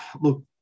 look